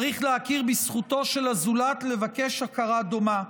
צריך להכיר בזכותו של הזולת לבקש הכרה דומה.